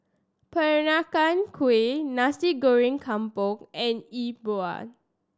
Peranakan Kueh Nasi Goreng Kampung and Yi Bua